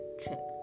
trip